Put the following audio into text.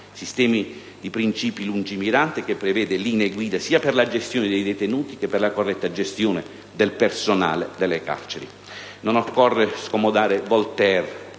sistema di principi lungimirante che prevede linee guida sia per la gestione dei detenuti che per la corretta gestione del personale delle carceri. Non occorre scomodare Voltaire,